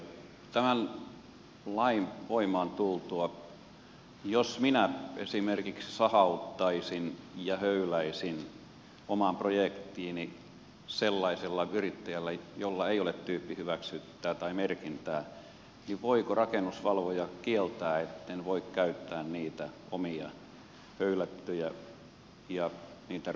tämän lain voimaan tultua jos minä esimerkiksi sahauttaisin ja höyläyttäisin materiaalia omaan projektiini sellaisella yrittäjällä jolla ei ole tyyppihyväksyntää tai merkintää niin voiko rakennusvalvoja kieltää etten voi käyttää niitä omia höylättyjä ja niitä runkomateriaaleja